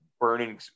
burning